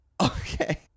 Okay